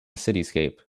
cityscape